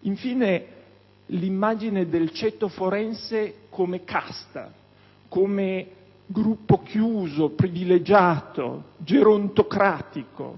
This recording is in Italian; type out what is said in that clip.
infine, l'immagine del ceto forense come casta, come gruppo chiuso, privilegiato, gerontocratico